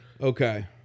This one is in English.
Okay